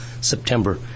September